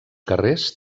carrers